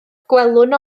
gwelwn